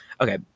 Okay